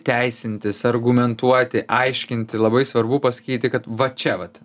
teisintis argumentuoti aiškinti labai svarbu pasakyti kad va čia vat